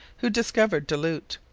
who discovered du lhut,